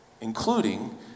Including